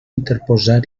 interposar